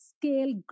scale